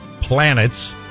Planets